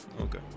Okay